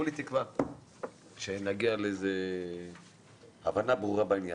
וכולי תקווה שנגיע להבנה ברורה בעניין.